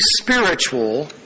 spiritual